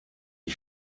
die